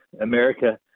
America